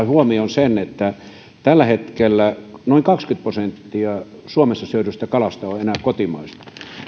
huomioon sen että tällä hetkellä noin kaksikymmentä prosenttia suomessa syödystä kalasta on enää kotimaista